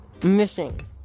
Missing